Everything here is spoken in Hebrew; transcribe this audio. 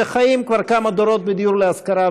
וחיים כבר כמה דורות בדיור להשכרה,